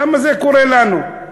למה זה קורה לנו?